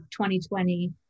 2020